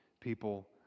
people